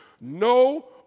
No